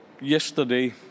yesterday